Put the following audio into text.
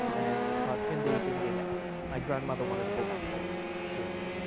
and about ten days in they left. my grandmother wanted to go back home to india.